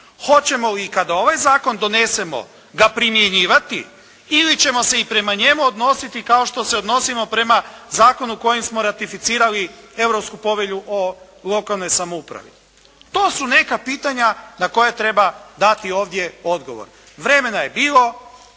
Hoćemo li i kada ovaj zakon donesemo ga primjenjivati ili ćemo se i prema njemu odnositi kao što se odnosimo prema zakonu u kojem smo ratificirali Europsku povelju o lokalnoj samoupravi? To su neka pitanja na koja treba dati ovdje odgovor. Vremena je bilo,